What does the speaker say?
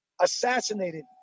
assassinated